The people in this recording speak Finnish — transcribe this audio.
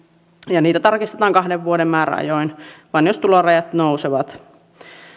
ja niitä tarkistetaan kahden vuoden määräajoin vain jos tulorajat nousevat